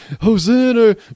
Hosanna